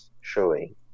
showing